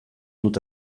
dut